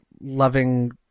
loving